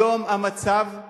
היום, המצב הוא